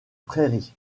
prairies